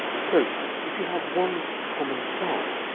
so if you have one common starling,